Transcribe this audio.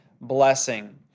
blessing